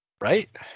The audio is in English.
Right